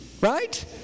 Right